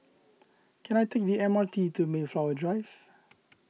can I take the M R T to Mayflower Drive